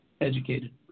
educated